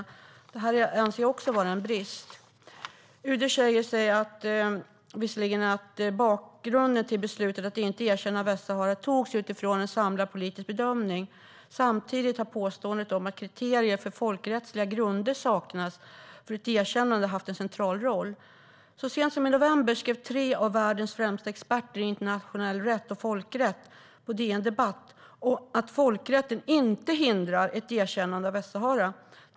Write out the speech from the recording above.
Även detta anser jag vara en brist i rapporten. UD har visserligen sagt att beslutet att inte erkänna Västsahara togs utifrån en samlad politisk bedömning. Samtidigt har påståendet att kriterier för folkrättsliga grunder saknas för ett erkännande haft en central roll. Så sent som i november skrev tre av världens främsta experter i internationell rätt och folkrätt på DN Debatt att folkrätten inte hindrar ett erkännande av Västsahara.